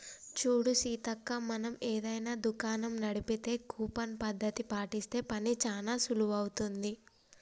చూడు సీతక్క మనం ఏదైనా దుకాణం నడిపితే కూపన్ పద్ధతి పాటిస్తే పని చానా సులువవుతుంది